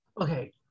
Okay